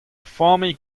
familh